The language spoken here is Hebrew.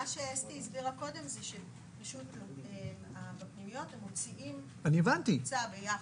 מה שאסתי הסבירה קודם זה שבפנימיות הם מוציאים קבוצה ביחד.